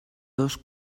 dos